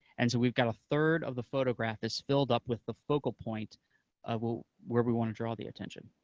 and so we've got a third of the photograph is filled up with the focal point of ah where we want to draw the attention.